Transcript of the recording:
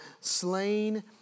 slain